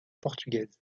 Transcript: portugaise